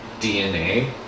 DNA